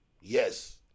yes